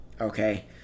Okay